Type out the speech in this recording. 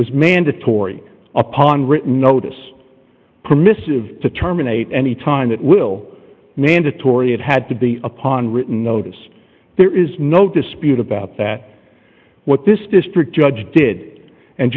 was mandatory upon written notice permissive to terminate any time that will mandatory it had to be upon written notice there is no dispute about that what this district judge did and